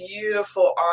beautiful